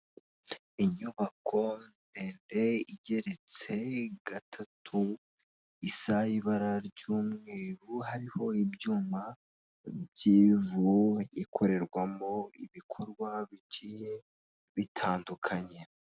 Inyubako ndede igeretse gatatu isa ibara ry'umweru hariho ibyuma by'ivu ikorerwamo ibikorwa bigiye bitandukanye.